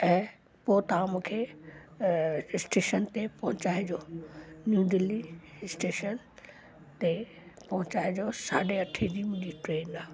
ऐं पोइ तव्हां मूंखे अ स्टेशन ते पहुंचाइजो न्यू दिल्ली स्टेशन ते पहुंचाइजो साढ़े अठे जी मुंहिंजी ट्रेन आहे